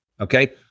Okay